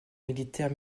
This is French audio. militaire